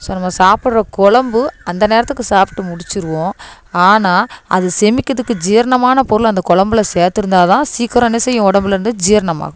so நம்ப சாப்பிட்ற கொழம்பு அந்த நேரத்துக்கு சாப்பிட்டு முடிச்சுருவோம் ஆனால் அது செரிக்கிறத்துக்கு ஜீரணமான பொருள் அந்த கொழம்புல சேர்த்துருந்தா தான் சீக்கிரம் என்ன செய்யும் உடம்புலேருந்து ஜீரணமாகும்